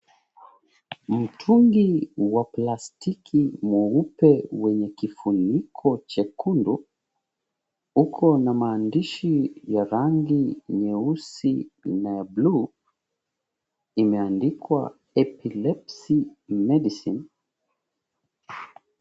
Mtungi wa plastiki mweupe wenye kifuniko chekundu, uko na maandishi ya rangi nyeusi na ya bluu, imeandikwa, "Epilepsy Medicine".